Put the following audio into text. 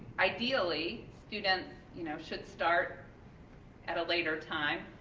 ideally, students you know should start at a later time,